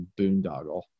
boondoggle